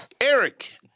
Eric